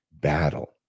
Battle